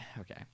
Okay